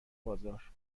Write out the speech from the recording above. بازار